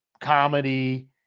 comedy